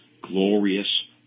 glorious